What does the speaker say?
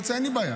בבקשה.